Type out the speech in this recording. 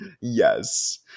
yes